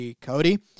Cody